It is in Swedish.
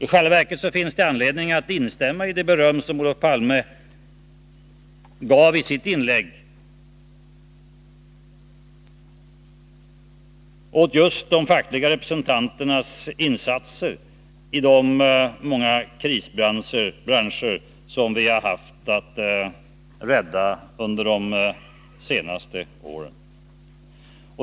I själva verket finns det anledning att instämma i det beröm som Olof Palme gav i sitt inlägg åt just de fackliga representanternas insatser i de många krisbranscher som vi har haft att rädda under de senaste åren.